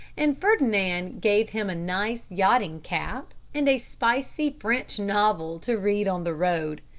and ferdinand gave him a nice yachting-cap and a spicy french novel to read on the road.